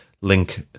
link